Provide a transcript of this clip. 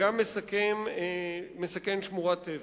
גם מסכן שמורת טבע.